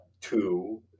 Two